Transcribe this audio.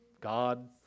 God